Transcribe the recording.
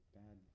bad